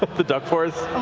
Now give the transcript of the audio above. but the duck force.